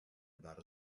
about